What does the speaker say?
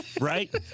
Right